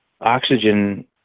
Oxygen